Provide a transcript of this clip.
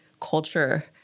culture